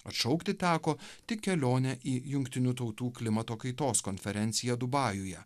atšaukti teko tik kelionę į jungtinių tautų klimato kaitos konferenciją dubajuje